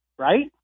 Right